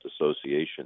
association